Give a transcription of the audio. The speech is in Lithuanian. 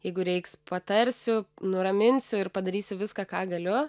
jeigu reiks patarsiu nuraminsiu ir padarysiu viską ką galiu